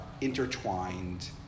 intertwined